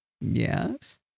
Yes